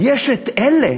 ויש את אלה